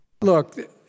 Look